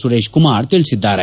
ಸುರೇಶ್ ಕುಮಾರ್ ತಿಳಿಸಿದ್ದಾರೆ